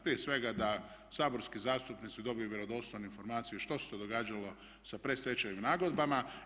Prije svega da saborski zastupnici dobiju vjerodostojnu informaciju što se to događalo sa predstečajnim nagodbama.